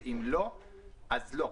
ואם לא אז לא.